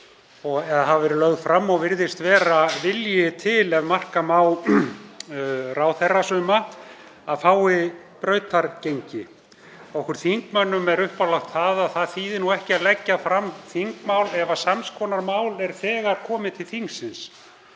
og hafa verið lögð fram og virðist vera vilji til, ef marka má suma ráðherra, að fái brautargengi. Okkur þingmönnum er uppálagt að það þýði ekki að leggja fram þingmál ef sams konar mál er þegar komið til þingsins.